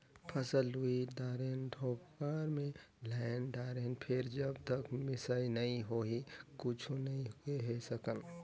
फसल लुई दारेन, कोठार मे लायन दारेन फेर जब तक मिसई नइ होही कुछु नइ केहे सकन